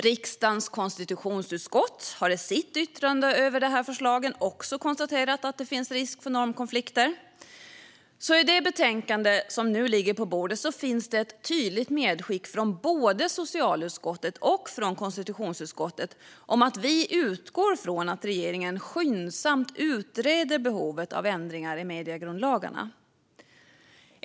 Riksdagens konstitutionsutskott har i sitt yttrande över detta förslag också konstaterat att det finns risk för normkonflikter. I det betänkande som nu ligger på bordet finns det ett tydligt medskick från både socialutskottet och konstitutionsutskottet om att utskotten utgår från att regeringen skyndsamt utreder behovet av ändringar i mediegrundlagarna.